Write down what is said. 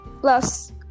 plus